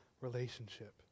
relationship